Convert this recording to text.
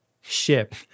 ship